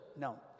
No